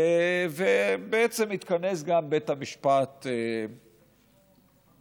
ובעצם התכנס גם בית המשפט בהאג